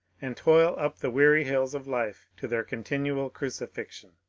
and toil up the weary hills of life to their continual crucifixion.